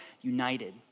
united